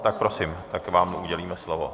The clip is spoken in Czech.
Tak prosím, tak vám udělíme slovo.